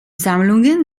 sammlungen